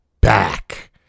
back